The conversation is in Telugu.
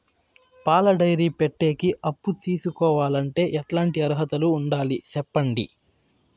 పాల డైరీ పెట్టేకి అప్పు తీసుకోవాలంటే ఎట్లాంటి అర్హతలు ఉండాలి సెప్పండి?